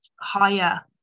higher